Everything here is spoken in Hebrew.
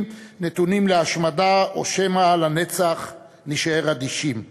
נתונים להשמדה או שמא לנצח נישאר אדישים?